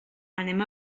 anem